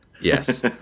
Yes